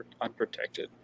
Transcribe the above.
unprotected